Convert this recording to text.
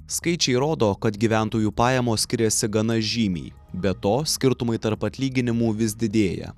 skaičiai rodo kad gyventojų pajamos skiriasi gana žymiai be to skirtumai tarp atlyginimų vis didėja